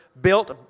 built